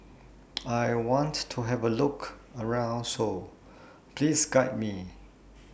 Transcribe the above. I want to Have A Look around Seoul Please Guide Me